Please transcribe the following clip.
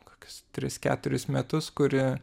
kokius tris keturis metus kuri